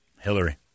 Hillary